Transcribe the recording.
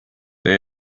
they